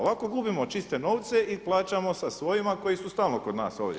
Ovako gubimo čiste novce i plaćamo sa svojima koji su stalno kod nas ovdje